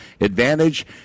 Advantage